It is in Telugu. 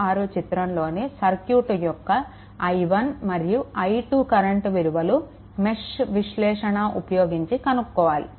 26 చిత్రంలోని సర్క్యూట్ యొక్క i1 మరియు i2 కరెంట్ విలువలు మెష్ విశ్లేషణ ఉపయోగించి కనుక్కోవాలి